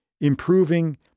improving